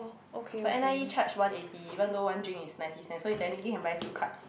but n_i_e charge one eighty even though one drink is ninety cents so you technically can buy two cups